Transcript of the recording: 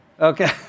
okay